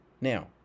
Now